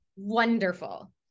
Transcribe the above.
wonderful